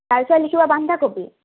তাৰপিছত লিখিব বন্ধাকবি